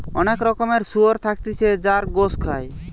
অনেক রকমের শুয়োর থাকতিছে যার গোস খায়